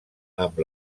amb